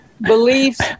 beliefs